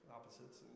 Opposites